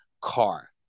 car